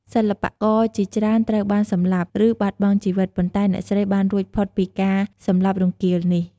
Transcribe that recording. សិល្បករជាច្រើនត្រូវបានសម្លាប់ ឬបាត់បង់ជីវិត ប៉ុន្តែអ្នកស្រីបានរួចផុតពីការសម្លាប់រង្គាលនេះ។